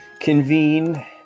convene